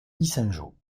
yssingeaux